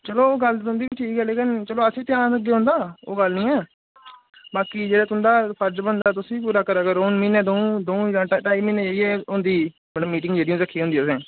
चलो ओह् गल्ल ते तुंदी बी ठीक ऐ चलो अस बी ध्यान रखगे उंदा ओह् गल्ल नी ऐ बाकी जेह्ड़ा तुंदा फर्ज बनदा ओह् तुस बी पूरा करा करो हुन म्हीना दऊं दऊं ढाई म्हीने रेही गे मतलब मीटिंग जेह्ड़ी रक्खी दी होंदी असें